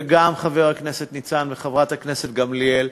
וגם חבר הכנסת ניצן וחברת הכנסת גמליאל,